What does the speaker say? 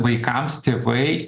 vaikams tėvai